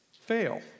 fail